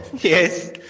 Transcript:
Yes